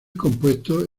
compuesto